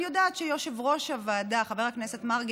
אני יודעת שיושב-ראש הוועדה חבר הכנסת מרגי